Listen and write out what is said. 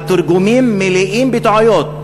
והתרגומים מלאים בטעויות.